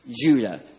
Judah